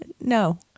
no